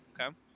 Okay